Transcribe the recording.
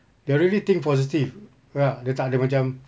they already think positive dia tak ada macam